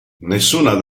nessuna